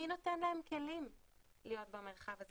מי נותן להם כלים להיות במרחב הזה?